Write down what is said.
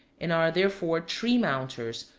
and are therefore tree-mounters,